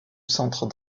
centre